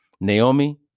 Naomi